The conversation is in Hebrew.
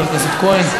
חבר הכנסת כהן,